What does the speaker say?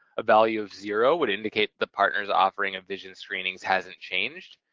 a value of zero would indicate the partner's offering of vision screenings hasn't changed,